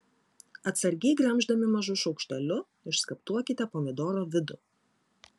atsargiai gremždami mažu šaukšteliu išskaptuokite pomidoro vidų